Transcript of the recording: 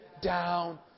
down